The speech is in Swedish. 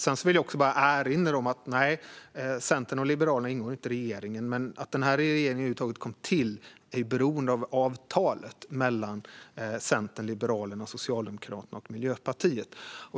Sedan vill jag bara erinra om att Centern och Liberalerna visserligen inte ingår i regeringen men att regeringen över huvud taget kom till makten tack vare avtalet mellan Centern, Liberalerna, Socialdemokraterna och Miljöpartiet.